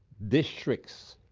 districts